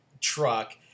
truck